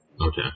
Okay